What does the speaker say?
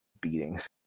beatings